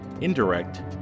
indirect